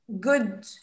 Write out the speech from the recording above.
good